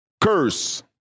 curse